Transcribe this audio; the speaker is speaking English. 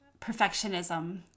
perfectionism